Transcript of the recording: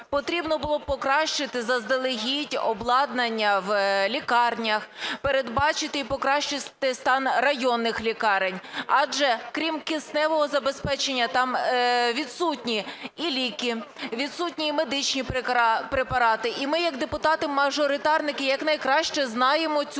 потрібно було покращити заздалегідь обладнання в лікарнях, передбачити і покращити стан районних лікарень. Адже крім кисневого забезпечення там відсутні і ліки, відсутні і медичні препарати. І ми як депутати-мажоритарники якнайкраще знаємо цю